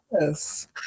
Yes